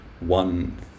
one